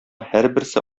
һәрберсе